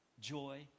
Joy